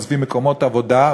עוזבים מקומות עבודה,